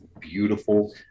beautiful